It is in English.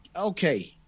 Okay